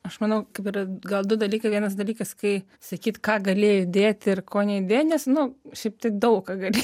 aš manau kad yra gal du dalykai vienas dalykas kai sakyt ką galėjai įdėti ir ko neįdėjai nes nu šiaip tai daug ką gali